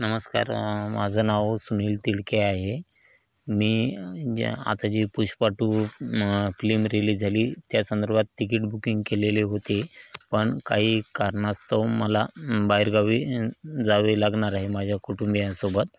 नमस्कार माझं नाव सुनील तिडके आहे मी जे आता जी पुष्पा टू फ्लिम रिलीज झाली त्या संदर्भात तिकीट बुकिंग केलेले होते पण काही कारणास्तव मला बाहेरगावी जावे लागणार आहे माझ्या कुटुंबियासोबत